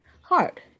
hard